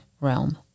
realm